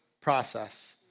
process